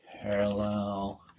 parallel